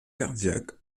cardiaque